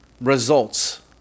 results